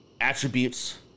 attributes